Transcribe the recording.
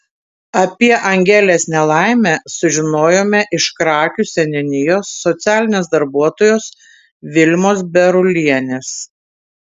apie angelės nelaimę sužinojome iš krakių seniūnijos socialinės darbuotojos vilmos berulienės